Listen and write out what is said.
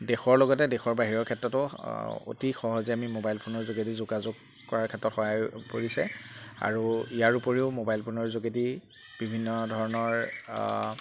দেশৰ লগতে দেশৰ বাহিৰৰ ক্ষেত্ৰতো অতি সহজে আমি মোবাইল ফোনৰ যোগেদি যোগাযোগ কৰাৰ ক্ষেত্ৰত সহায় কৰিছে আৰু ইয়াৰ উপৰিও মোবাইল ফোনৰ যোগেদি বিভিন্ন ধৰণৰ